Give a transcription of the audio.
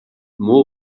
муу